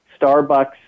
Starbucks